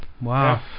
Wow